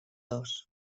dos